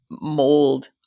mold